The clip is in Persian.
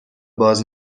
باز